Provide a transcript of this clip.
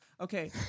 Okay